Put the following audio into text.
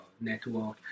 network